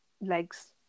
legs